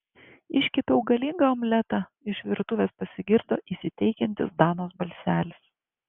iškepiau galingą omletą iš virtuvės pasigirdo įsiteikiantis danos balselis